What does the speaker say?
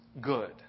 good